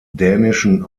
dänischen